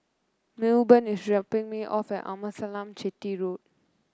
Milburn is dropping me off at Amasalam Chetty Road